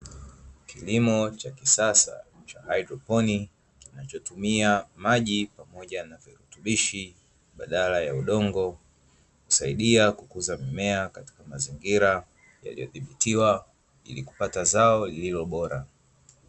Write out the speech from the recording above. Kilimo cha kisasa cha hydroponi, kinachotumia maji pamoja na virutubishi badala ya udongo, kusaidia kukuza mimea katika mazingira yaliyodhibitiwa ili kupata zao lililo bora.